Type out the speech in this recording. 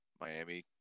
Miami